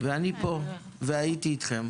ואני פה, והייתי אתכם.